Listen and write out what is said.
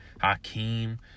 Hakeem